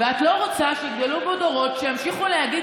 את לא רוצה שיגדלו פה דורות שימשיכו להגיד